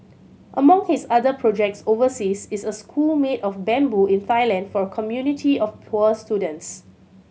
among his other projects overseas is a school made of bamboo in Thailand for a community of poor students